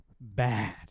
bad